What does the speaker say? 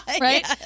right